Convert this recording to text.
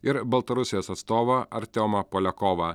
ir baltarusijos atstovą artiomą poliakovą